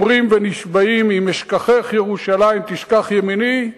אומרים ונשבעים "אם אשכחך ירושלים תשכח ימיני",